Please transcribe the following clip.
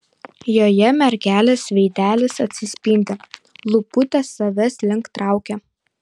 joje mergelės veidelis atsispindi lūputės savęs link traukia